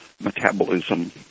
metabolism